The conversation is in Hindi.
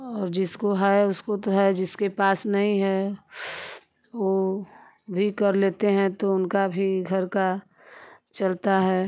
और जिसको है उसको तो है जिसके पास नहीं है वो भी कर लेते हैं तो उनका भी घर का चलता है